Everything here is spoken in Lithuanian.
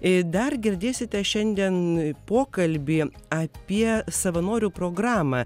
ir dar girdėsite šiandien pokalbį apie savanorių programą